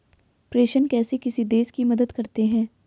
प्रेषण कैसे किसी देश की मदद करते हैं?